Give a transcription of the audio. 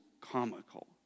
comical